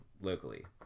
locally